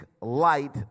light